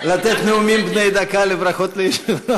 ברכות.